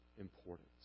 importance